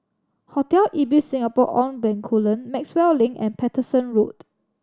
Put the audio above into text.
Hotel Ibis Singapore On Bencoolen Maxwell Link and Paterson Road